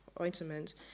ointment